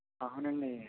అవునండి